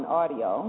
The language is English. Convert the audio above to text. audio